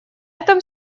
этом